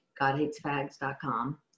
godhatesfags.com